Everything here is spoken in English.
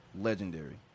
legendary